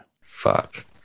Fuck